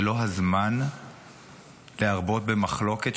זה לא הזמן להרבות במחלוקת,